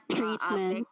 Treatment